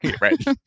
Right